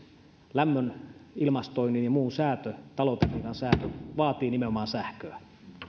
lämmön ilmastoinnin ja muun säätö talotekniikan säätö vaatii nimenomaan sähköä